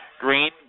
green